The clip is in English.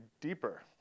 deeper